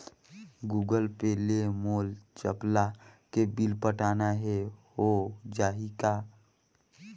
Google Pay ले मोल चपला के बिल पटाना हे, हो जाही का?